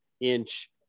inch